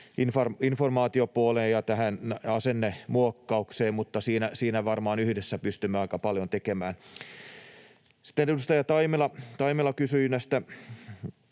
informaatiopuoleen ja tähän asennemuokkaukseen, mutta siinä varmaan yhdessä pystymme aika paljon tekemään. Sitten edustaja Taimela kysyi näistä